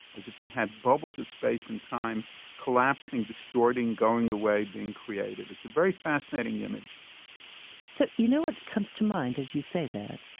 as if you had bubbles of space and time collapsing, distorting, going away, being created. it's a very fascinating image so you know what comes to mind as you say that?